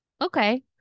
Okay